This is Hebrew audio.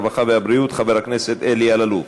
הרווחה והבריאות חבר הכנסת אלי אלאלוף.